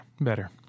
better